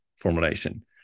formulation